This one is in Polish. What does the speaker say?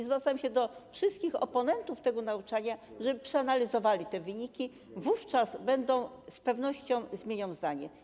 Zwracam się do wszystkich oponentów tego nauczania, żeby przeanalizowali te wyniki, wówczas z pewnością zmienią zdanie.